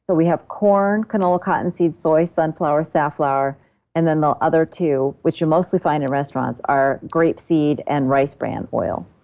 but we have corn, canola, cottonseed soy, sunflower, safflower and then the other two which you mostly find in restaurants are grapeseed and rice bran oil.